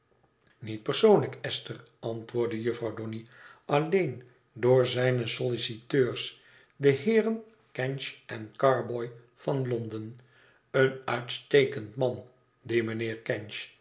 niet persoonlijk esther antwoordde jufvrouw donny alleen door zijne solliciteurs de heeren kenge en carboy van londen een uitstekend man die mijnheer kenge